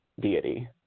deity